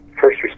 first